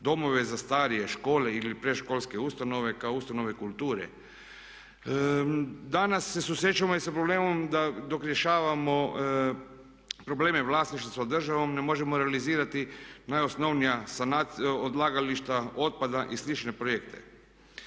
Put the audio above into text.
domove za starije, škole ili predškolske ustanove kao ustanove kulture. Danas se susrećemo i sa problemom da dok rješavamo probleme vlasništva sa državom ne možemo realizirati najosnovnija odlagališta otpada i slične projekte.